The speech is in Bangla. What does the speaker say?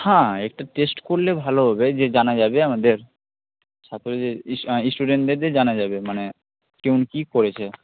হ্যাঁ একটু টেস্ট করলে ভালো হবে যে জানা যাবে আমাদের ছাত্রদের ইস স্টুডেন্টদের দিয়ে জানা যাবে মানে কেমন কী করেছে